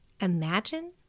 imagine